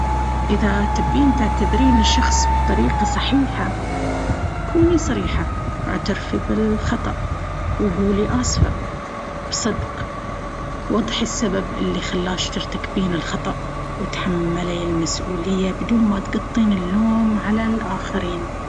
إذا تبين تعتذرين لشخص بطريقة صحيحة، كوني صريحة واعترفي بالخطأ، وقولي "آسفة" بصدق. وضحي السبب اللي خلاش ترتكبين الخطأ، وتحملي المسؤولية بدون ما تقطين اللوم على الآخرين.